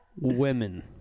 women